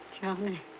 Johnny